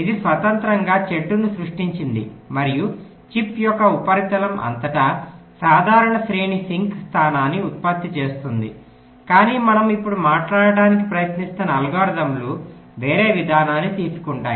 ఇది స్వతంత్రంగా చెట్టును సృష్టించింది మరియు చిప్ యొక్క ఉపరితలం అంతటా సాధారణ శ్రేణి సింక్ స్థానాన్ని ఉత్పత్తి చేస్తుంది కాని మనం ఇప్పుడు మాట్లాడటానికి ప్రయత్నిస్తున్న అల్గోరిథంలు వేరే విధానాన్ని తీసుకుంటాయి